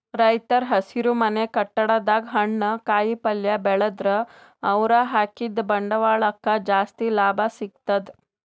ರೈತರ್ ಹಸಿರುಮನೆ ಕಟ್ಟಡದಾಗ್ ಹಣ್ಣ್ ಕಾಯಿಪಲ್ಯ ಬೆಳದ್ರ್ ಅವ್ರ ಹಾಕಿದ್ದ ಬಂಡವಾಳಕ್ಕ್ ಜಾಸ್ತಿ ಲಾಭ ಸಿಗ್ತದ್